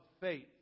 faith